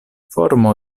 formo